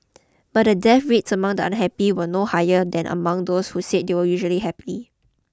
but the death rates among the unhappy were no higher than among those who said they were usually happy